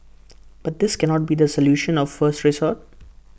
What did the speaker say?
but this cannot be the solution of first resort